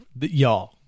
Y'all